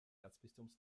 erzbistums